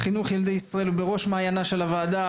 חינוך ילדי ישראל בראש מעיינה של הוועדה.